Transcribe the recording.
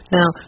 Now